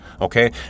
Okay